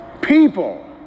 People